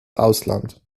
ausland